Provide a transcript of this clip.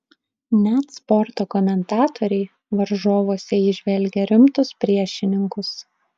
net sporto komentatoriai varžovuose įžvelgia rimtus priešininkus